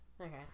okay